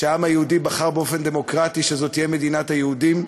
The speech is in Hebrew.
שהעם היהודי בחר באופן דמוקרטי שזאת תהיה מדינת היהודים.